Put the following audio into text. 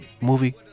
movie